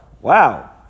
Wow